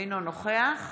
אינו נוכח